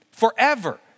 forever